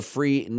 Free